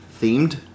themed